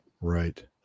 Right